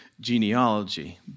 genealogy